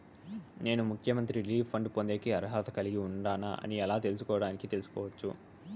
నేను ముఖ్యమంత్రి relief fund పొందేకి అర్హత కలిగి ఉండానా అని ఎలా తెలుసుకోవడానికి తెలుసుకోవచ్చు